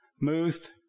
Muth